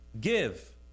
Give